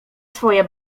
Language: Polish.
swoje